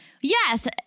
Yes